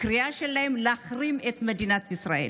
שהקריאה שלהם: להחרים את מדינת ישראל.